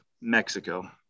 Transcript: Mexico